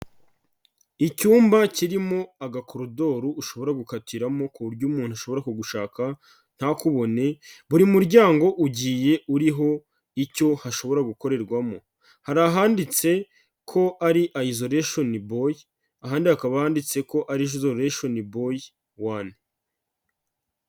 Icyumba kirimo agakorodoro ushobora gukatiramo ku buryo umuntu ashobora kugushaka ntakubone, buri muryango ugiye uriho icyo hashobora gukorerwamo, hari ahanditse ko ari isolation boy ahandi hakaba handitse ko ari isolation boy one.